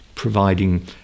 providing